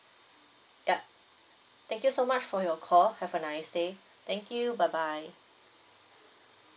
yup thank you so much for your call have a nice day thank you bye bye